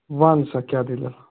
وَن سا کیٛاہ دٔلیٖلاہ